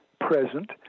present